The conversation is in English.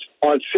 on